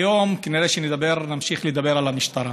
היום כנראה נמשיך לדבר על המשטרה.